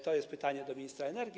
To jest pytanie do ministra energii.